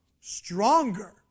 stronger